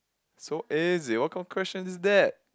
so easy what kind of question is that